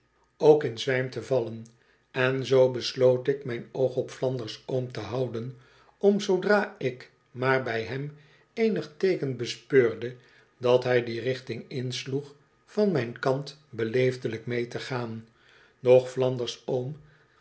ook in zwijm te vallen en zoo besloot ik mijn oogop flanders oom te houden om zoodra ik maar b ij hem eenig teeken bespeurde dat hj die richting insloeg van mijn kant beleefdelijk mee te gaan doch flanders oom